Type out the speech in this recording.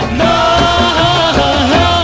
love